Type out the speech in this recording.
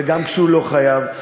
וגם כשהוא לא חייב,